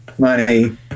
money